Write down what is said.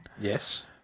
Yes